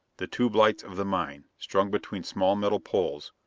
the tube-lights of the mine, strung between small metal poles,